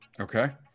Okay